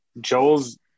Joel's